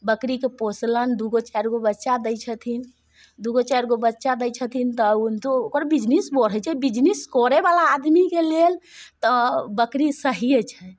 बकरीके पोसलनि दू गो चारि गो बच्चा दै छथिन दू गो चारि गो बच्चा दऽ दै छथिन तऽ ओकर बिजनेस बढ़ै छै बिजनेस करयवला आदमीके लेल तऽ बकरी सहीए छै